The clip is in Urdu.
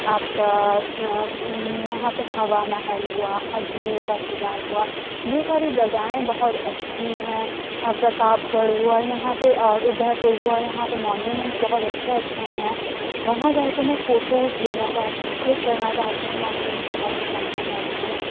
آپ کا وہاں پہ ہَوا محل ہُوا اجمیر کا قلعہ ہُوا یہ ساری جگہیں بہت اچھی ہیں پرتاب گڑھ ہُوا یہاں پہ اور اُدے پور ہُوا یہاں پہ مونیومینٹس بہت اچھے اچھے ہیں وہاں جا کے میں فوٹوز لینا چاہتی ہوں کلک کرنا چاہتی ہوں مونیومینٹس کے بارے میں جاننا چاہتی ہوں